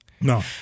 No